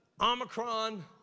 Omicron